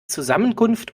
zusammenkunft